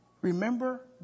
Remember